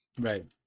Right